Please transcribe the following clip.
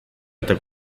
eta